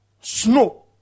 Snow